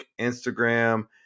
Instagram